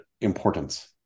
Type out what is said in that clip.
importance